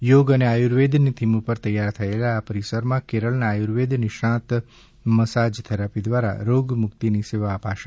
યોગ અને આયુર્વેદ ની થીમ ઉપર તૈયાર થયેલા આ પરિસર માં કેરળ ના આયુર્વેદ નિષ્ણાંત મસાજ થેરપી દ્વારા રોગમુક્તિ ની સેવા આપશે